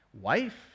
wife